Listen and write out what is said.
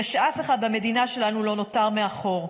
ושאף אחד במדינה שלנו לא נותר מאחור.